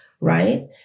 Right